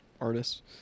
artists